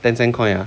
ten cent coin ah